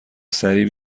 سریع